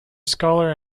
scholar